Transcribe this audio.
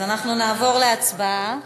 אנחנו נעבור להצבעה.